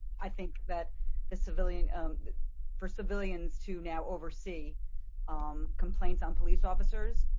i think that the civilian for civilians to now oversee um complaints on police officers,